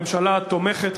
הממשלה תומכת,